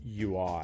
UI